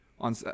on